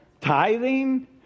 Tithing